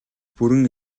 бүрэн